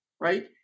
right